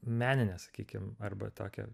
meninę sakykim arba tokią